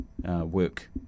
work